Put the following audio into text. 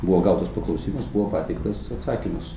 buvo gautas paklausimas buvo pateiktas atsakymas